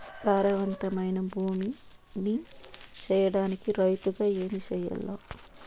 సారవంతమైన భూమి నీ సేయడానికి రైతుగా ఏమి చెయల్ల?